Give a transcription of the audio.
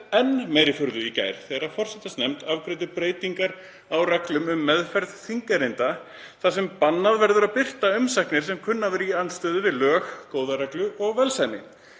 enn meiri furðu í gær þegar forsætisnefnd afgreiddi breytingar á reglum um meðferð þingerinda þar sem bannað verður að birta umsagnir sem kunna að vera í andstöðu við lög, góða reglu og velsæmi,